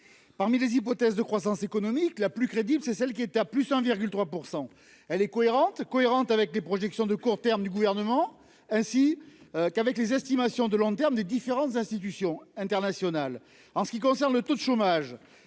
Parmi les hypothèses de croissance économique la plus crédible c'est celle qui est à plus 1,3%. Elle est cohérente cohérente avec des projections de courts termes du gouvernement ainsi qu'avec les estimations de long terme des différentes institutions internationales, en ce qui concerne le taux de chômage